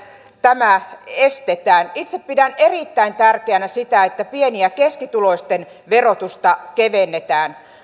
tämä estetään itse pidän erittäin tärkeänä sitä että pieni ja keskituloisten verotusta kevennetään